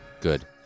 good